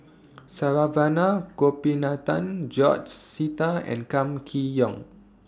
Saravanan Gopinathan George Sita and Kam Kee Yong